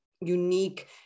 unique